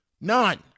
None